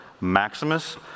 Maximus